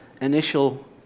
initial